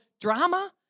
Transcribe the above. drama